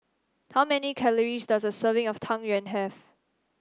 how many calories does a serving of Tang Yuen have